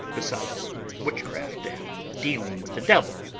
besides witchcraft and dealing with the devil,